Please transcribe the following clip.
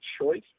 choice